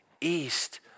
east